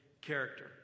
character